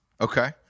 Okay